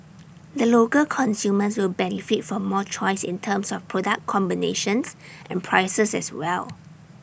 the local consumers will benefit from more choice in terms of product combinations and prices as well